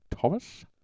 Thomas